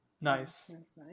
Nice